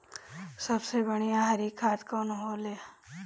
सबसे बढ़िया हरी खाद कवन होले?